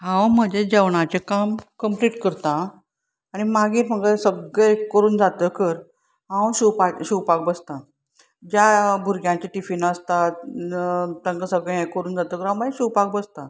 हांव म्हजें जेवणाचें काम कंप्लीट करतां आनी मागीर म्हाका सगळें करून जातकच हांव शिंवपा शिंवपाक बसतां ज्या भुरग्यांचें टिफिनां आसता तांकां सगळें हें करून जातकर हांव मागीर शिंवपाक बसतां